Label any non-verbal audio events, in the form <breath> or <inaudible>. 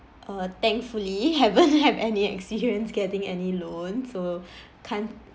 uh thankfully haven't <laughs> have any experience getting any loan so <breath> can't